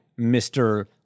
Mr